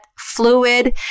fluid